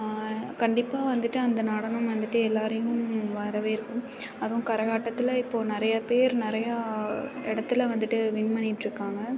கண்டிப்பாக வந்துட்டு அந்த நடனம் வந்துட்டு எல்லோரையும் வரவேற்கும் அதுவும் கரகாட்டத்தில் இப்போது நிறைய பேர் நிறையா இடத்துல வந்துட்டு வின் பண்ணிட்டுருக்காங்க